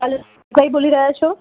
hello કંઈ બોલી રહ્યા છો